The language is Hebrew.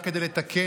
רק כדי לתקן,